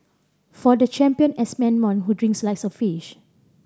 for the champion S man who drinks like a fish